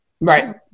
Right